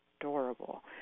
adorable